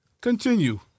Continue